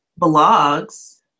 blogs